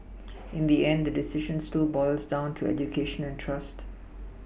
in the end the decision still boils down to education and trust